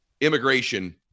immigration